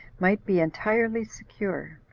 might be entirely secure